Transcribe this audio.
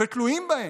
ותלויים בהן.